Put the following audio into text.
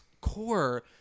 core